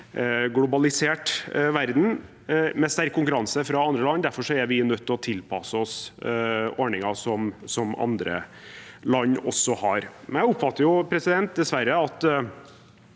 globalisert verden, med sterk konkurranse fra andre land. Derfor er vi nødt til å tilpasse oss ordninger som andre land har. Jeg oppfatter dessverre at